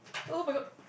[oh]-my-god